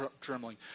trembling